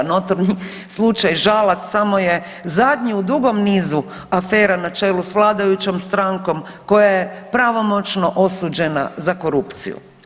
Notorni slučaj Žalac samo je zadnji u dugom nizu afera na čelu s vladajućom strankom koja je pravomoćno osuđena za korupciju.